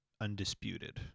Undisputed